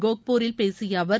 கோஹ்பூரில் பேசிய அவர்